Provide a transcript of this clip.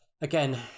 Again